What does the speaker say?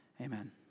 amen